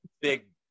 big